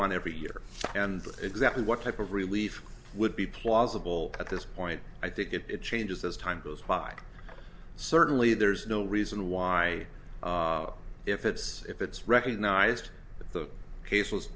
on every year and exactly what type of relief would be plausible at this point i think it changes as time goes by certainly there's no reason why if it's if it's recognized that the case was